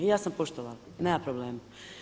I ja sam poštovala, nema problema.